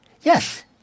Yes